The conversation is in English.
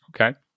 Okay